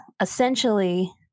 Essentially